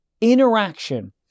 interaction